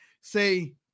say